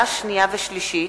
יום שני,